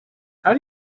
how